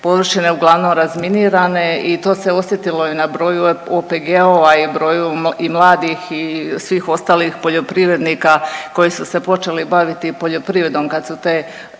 uglavnom razminirane i to se osjetilo na broju OPG-ova i broju i mladih i svih ostalih poljoprivrednika koji su se počeli baviti poljoprivredom, kad su te,